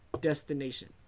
destination